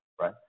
right